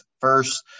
first